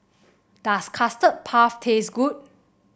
does Custard Puff taste good